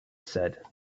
said